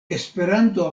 esperanto